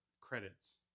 credits